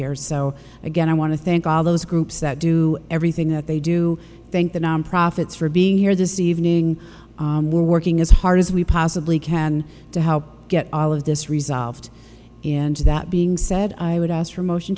here so again i want to thank all those groups that do everything that they do thank the nonprofits for being here this evening we're working as hard as we possibly can to help get all of this resolved in and that being said i would ask for a motion